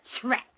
trap